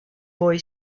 boy